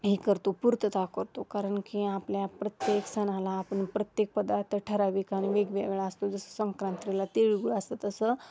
हे करतो पूर्तता करतो कारण की आपल्या प्रत्येक सणाला आपण प्रत्येक पदार्थ ठराविक आणि वेगवेगळा असतो जसं संक्रांतीला तिळगूळ असतं तसं